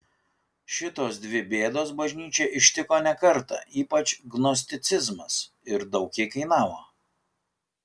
šitos dvi bėdos bažnyčią ištiko ne kartą ypač gnosticizmas ir daug jai kainavo